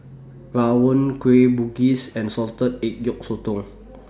Rawon Kueh Bugis and Salted Egg Yolk Sotong